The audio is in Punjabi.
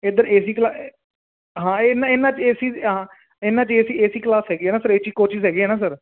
ਇਧਰ ਏ ਸੀ ਕਲਾ ਹਾਂ ਇਹਨਾਂ ਇਹਨਾਂ 'ਚ ਏ ਸੀ ਹਾਂ ਇਹਨਾਂ 'ਚ A C A C class ਹੈਗੇ ਆ ਨਾ ਸਰ ਏ ਸੀ ਕੋਚਿਸ ਹੈਗੇ ਆ ਨਾ ਸਰ